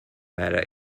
matter